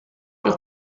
ich